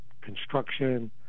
construction